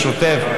השוטף,